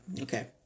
Okay